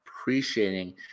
appreciating